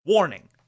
Warning